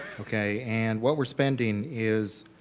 okay and what we're spending is